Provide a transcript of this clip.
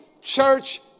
church